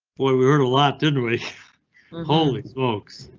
boy, we were a lot. then we holy smokes.